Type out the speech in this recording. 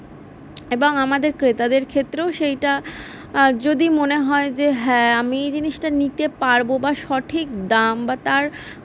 এবং আমাদের ক্রেতাদের ক্ষেত্রেও সেইটা যদি মনে হয় যে হ্যাঁ আমি এই জিনিসটা নিতে পারবো বা সঠিক দাম বা তার